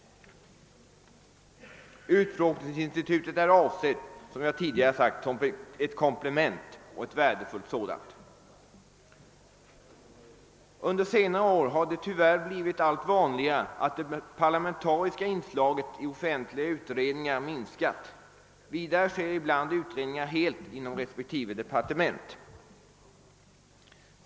Utfrågningsinstitutet är avsett som ett komplement härtill, och det skulle vara ett värdefullt sådant. Under senare år har det tyvärr blivit allt vanligare att det parlamentariska inslaget i offentliga utredningar minskat. Vidare förekommer det ibland att utredningar i sin helhet genomförs inom respektive departement.